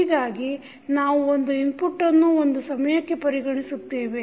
ಹೀಗಾಗಿ ನಾವು ಒಂದು ಇನ್ಪುಟ್ಟನ್ನು ಒಂದು ಸಮಯಕ್ಕೆ ಪರಿಗಣಿಸುತ್ತೇವೆ